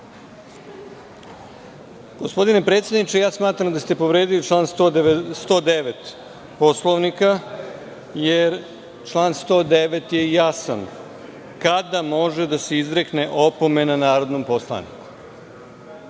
sala. Gospodine predsedniče, smatram da ste povredili član 109. Poslovnika, jer član 109. je jasan kada može da se izrekne opomena narodnom poslaniku. Nisam